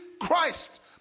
Christ